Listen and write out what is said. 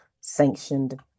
sanctioned